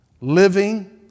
living